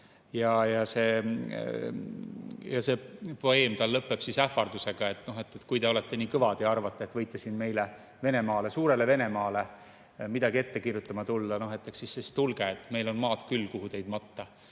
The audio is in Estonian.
See poeem lõpeb ähvardusega, et kui te olete nii kõvad ja arvate, et võite meile, Venemaale, suurele Venemaale midagi ette kirjutama tulla, eks siis tulge, meil on maad küll, kuhu teid matta.